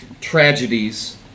tragedies